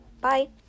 Bye